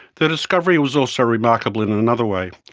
the discovery was also remarkable in and another way.